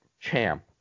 champ